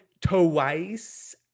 twice